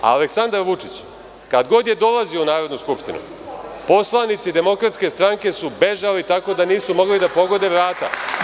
Aleksandar Vučić, kada god je dolazio u Narodnu skupštinu, poslanici DS su bežali, tako da nisu mogli da pogode vrata.